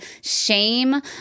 shame